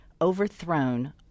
Overthrown